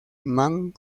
mann